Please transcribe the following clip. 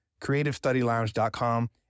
CreativeStudyLounge.com